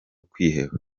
kwiheba